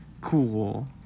cool